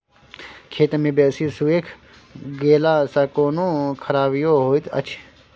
खेत मे बेसी सुइख गेला सॅ कोनो खराबीयो होयत अछि?